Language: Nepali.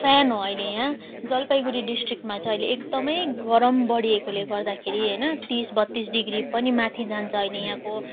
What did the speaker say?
फेन हो अहिले यहाँ जलपाइगुडी डिस्ट्रिक्टमा चाहिँ अहिले एकदम गरम बढेकाले गर्दाखेरि होइन तिस बत्तिस डिग्री पनि माथि जान्छ अहिले यहाँको